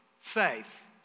faith